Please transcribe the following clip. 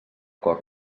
cor